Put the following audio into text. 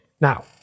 Now